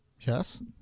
Yes